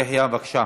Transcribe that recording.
יחיא, בבקשה.